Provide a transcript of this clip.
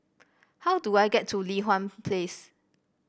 how do I get to Li Hwan Place